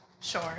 sure